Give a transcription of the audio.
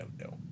no